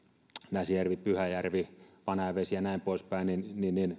näsijärvi pyhäjärvi vanajavesi ja näin pois päin